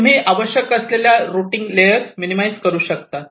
तुम्ही आवश्यक असलेल्या रुटींग लेअर मिनिमाईज करू शकतात